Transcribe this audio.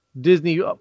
disney